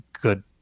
good